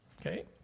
Okay